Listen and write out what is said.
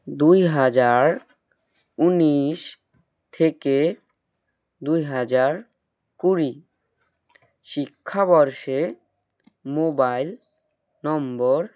দুই হাজার উনিশ থেকে দুই হাজার কুড়ি শিক্ষাবর্ষে মোবাইল নম্বর